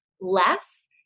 less